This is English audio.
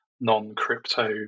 non-crypto